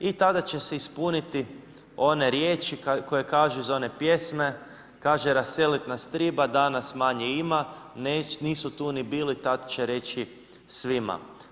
I tada će se ispuniti one riječi koje kažu iz one pjesme, kaže „raselit nas triba da nas manje ima, nisu tu ni bili tad će reći svima“